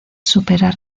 superar